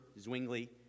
Zwingli